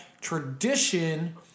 tradition